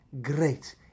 Great